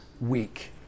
week